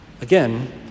Again